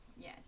Yes